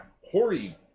Hori